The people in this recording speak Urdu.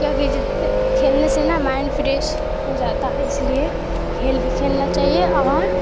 کیونکہ کھیلنے سے نا مائنڈ فریش ہو جاتا ہے اس لیے کھیل بھی کھیلنا چاہیے اور